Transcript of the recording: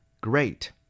Great